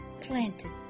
planted